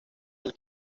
del